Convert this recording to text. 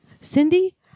Cindy